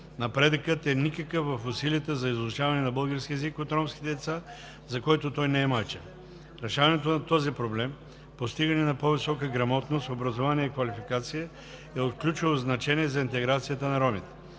Напредъкът е никакъв в усилията за изучаване на български език от ромските деца, за който той не е майчин. Решаването на този проблем – постигане на по-висока грамотност, образование и квалификация, е от ключово значение за интеграцията на ромите.